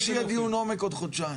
אני מבקש שיהיה דיון עומק עוד חודשיים.